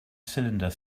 cylinder